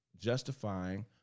justifying